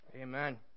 Amen